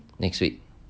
next week